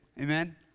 amen